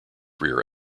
rear